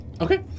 Okay